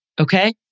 okay